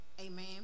Amen